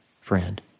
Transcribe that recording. friend